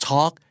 Talk